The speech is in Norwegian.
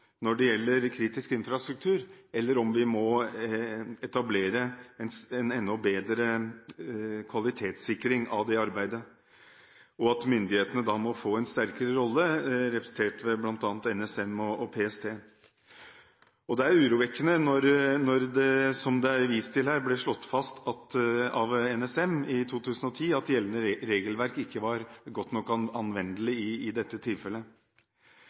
når det gjelder kritisk infrastruktur, eller om vi må etablere en enda bedre kvalitetssikring av det arbeidet, og at myndighetene da må få en sterkere rolle, representert ved bl.a. NSM og PST. Det er urovekkende når det – som det er vist til her – ble slått fast av NSM i 2010 at gjeldende regelverk ikke var godt nok anvendelig i dette tilfellet.